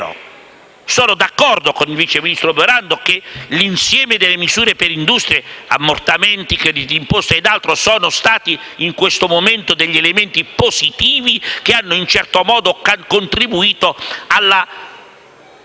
sono d'accordo con il vice ministro Morando sul fatto che l'insieme delle misure per le industrie - ammortamenti, crediti d'imposta ed altro - sono state, in questo momento, degli elementi positivi, che hanno in un certo modo contribuito alla